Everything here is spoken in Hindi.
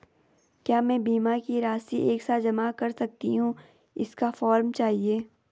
क्या मैं बीमा की राशि एक साथ जमा कर सकती हूँ इसका फॉर्म चाहिए?